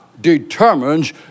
determines